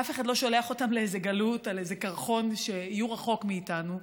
אף אחד לא שולח אותם לאיזו גלות על איזה קרחון שיהיו רחוק מאיתנו,